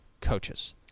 coaches